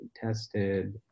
tested